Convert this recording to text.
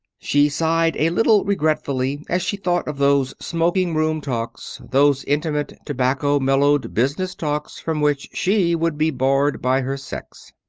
she sighed a little regretfully as she thought of those smoking-room talks those intimate, tobacco-mellowed business talks from which she would be barred by her sex.